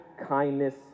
kindness